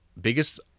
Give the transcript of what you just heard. biggest